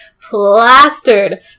plastered